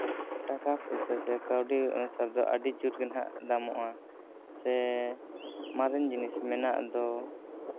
ᱴᱟᱟ ᱯᱩᱭᱥᱟᱹ ᱥᱮ ᱠᱟᱹᱣᱰᱤ ᱚᱱᱩᱥᱟᱨ ᱫᱚ ᱟᱹᱰᱤ ᱡᱳᱨ ᱜᱮ ᱦᱟᱸᱜ ᱫᱟᱢᱚᱜᱼᱟ ᱥᱮ ᱢᱟᱨᱮ ᱡᱤᱱᱤᱥ ᱢᱮᱱᱟᱜ ᱫᱚ